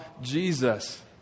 Jesus